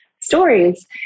stories